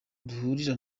duhurira